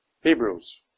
Hebrews